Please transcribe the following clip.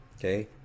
Okay